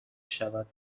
شود